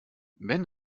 wenn